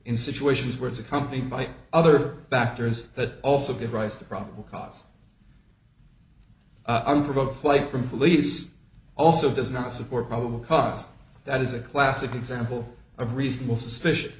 in situations where it's accompanied by other factors that also give rise to probable cause i'm provoked flight from police also does not support probable cause that is a classic example of reasonable suspicion